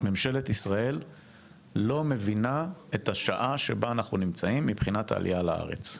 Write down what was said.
ממשלת ישראל לא מבינה את השעה שבה אנחנו נמצאים מבחינת העלייה לארץ.